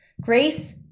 Grace